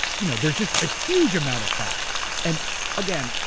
you know there's just a huge amount of facts. and again,